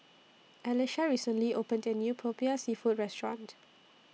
Elisha recently opened A New Popiah Seafood Restaurant